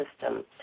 system